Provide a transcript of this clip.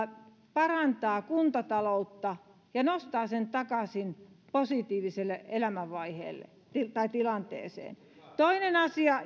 parantaa kuntataloutta ja nostaa sen takaisin positiiviseen elämänvaiheeseen tai tilanteeseen toinen asia